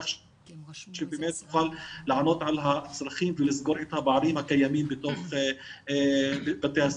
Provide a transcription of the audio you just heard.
כך שבאמת תוכל לענות על הצרכים ולסגור את הפערים הקיימים בתוך בתי הספר.